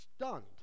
Stunned